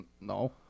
no